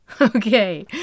Okay